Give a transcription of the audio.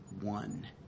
one